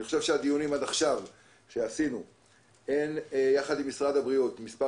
הדיונים שעשינו עד עכשיו יחד עם משרד הבריאות ומספר